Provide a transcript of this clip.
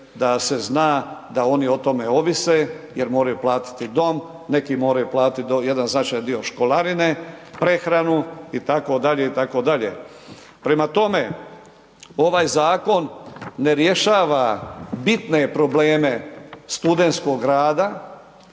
da se zna da oni o tome ovise jer moraju platiti dom, neki moraju platiti jedan značajan dio školarine, prehranu, itd., itd. Prema tome, ovaj zakon ne rješava bitne probleme studentskog rada,